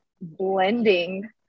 blending